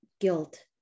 guilt